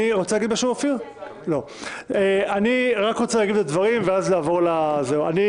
אני רק רוצה להגיד דברים ואז נעבור להצבעות.